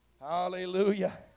Hallelujah